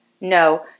No